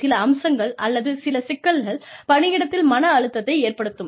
சில அம்சங்கள் அல்லது சில சிக்கல்கள் பணியிடத்தில் மன அழுத்தத்தை ஏற்படுத்தும்